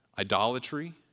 idolatry